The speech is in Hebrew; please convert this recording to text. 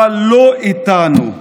אבל לא איתנו,